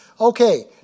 Okay